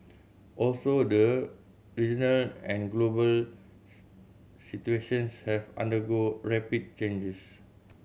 also the regional and global situations have undergone rapid changes